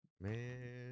Man